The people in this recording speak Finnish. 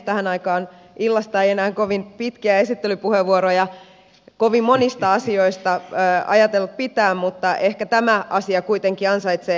tähän aikaan illasta en enää kovin pitkiä esittelypuheenvuoroja kovin monista asioista ajatellut pitää mutta ehkä tämä asia kuitenkin ansaitsee esittelynsä